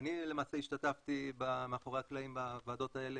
אני למעשה השתתפתי מאחורי הקלעים בוועדות האלה,